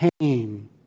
pain